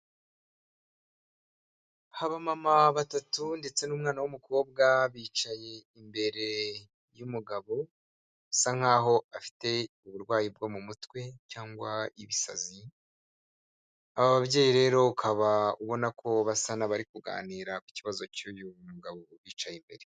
Aba mama batatu, ndetse n'umwana w'umukobwa, bicaye imbere y'umugabo, usa nkaho afite uburwayi bwo mu mutwe, cyangwa ibisazi, aba babyeyi rero ukaba ubona ko basa n'abari kuganira ku kibazo cy'uyu mugabo ubicaye imbere.